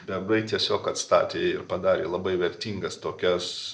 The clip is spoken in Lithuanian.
bebrai tiesiog atstatė ir padarė labai vertingas tokias